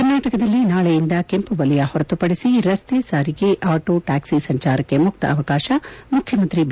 ಕರ್ನಾಟಕದಲ್ಲಿ ನಾಳೆಯಿಂದ ಕೆಂಪು ವಲಯ ಹೊರತುಪಡಿಸಿ ರಸ್ತೆ ಸಾರಿಗೆ ಆಟೋ ಟ್ನಾಕ್ಷಿ ಸಂಚಾರಕ್ತೆ ಮುಕ್ತ ಅವಕಾಶ ಮುಖ್ಯಮಂತ್ರಿ ಬಿ